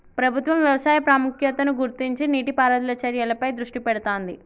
ప్రభుత్వం వ్యవసాయ ప్రాముఖ్యతను గుర్తించి నీటి పారుదల చర్యలపై దృష్టి పెడుతాంది